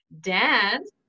dance